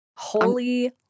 Holy